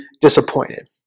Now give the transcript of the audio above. disappointed